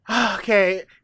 okay